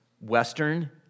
Western